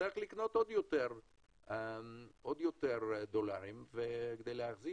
יצטרך לקנות עוד יותר דולרים כדי להחזיק